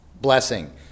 blessing